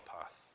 path